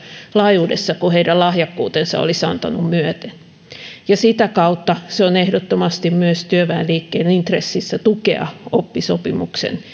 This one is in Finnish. laajuudessa kuin heidän lahjakkuutensa olisi antanut myöten ja sitä kautta on ehdottomasti myös työväenliikkeen intressissä tukea oppisopimuksen